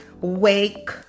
wake